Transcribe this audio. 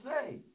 say